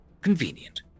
Convenient